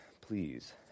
please